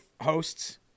hosts